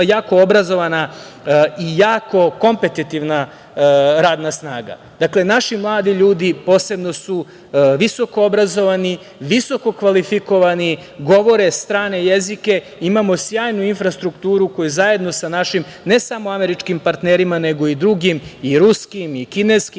jako obrazovana i jako kompetitivna radna snaga. Dakle, naši mladi ljudi, posebno su visokoobrazovani, visokokvalifikovani, govore strane jezike. Imamo sjajnu infrastrukturu koju zajedno sa našim ne samo američkim partnerima, nego i drugim i ruskim i kineskim